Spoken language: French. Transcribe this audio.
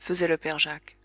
faisait le père jacques